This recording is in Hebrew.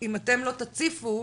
אם אתם לא תציפו.